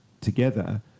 together